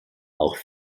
auch